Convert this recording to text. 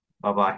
bye-bye